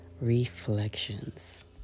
Reflections